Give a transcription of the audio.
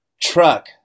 Truck